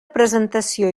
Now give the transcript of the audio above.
presentació